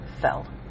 fell